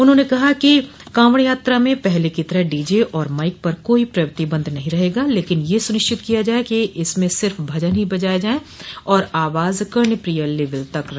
उन्होंने कहा कि कांवड़ यात्रा में पहले की तरह डीजे और माइक पर काई प्रतिबंध नहीं रहेगा लेकिन यह सुनिश्चित किया जाये कि इनमें सिर्फ भजन ही बजाये जायें और आवाज कर्णप्रिय लेवल तक रहे